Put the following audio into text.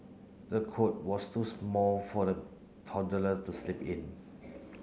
the cot was too small for the toddler to sleep in